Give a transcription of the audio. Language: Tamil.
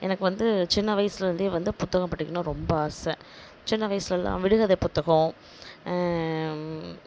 எனக்கு வந்து சின்ன வயசுலிருந்தே வந்து புத்தகம் படிக்கணுனா ரொம்ப ஆசை சின்ன வயசுலெலாம் விடுகதை புத்தகம்